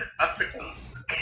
Africans